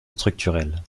structurel